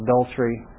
adultery